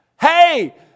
hey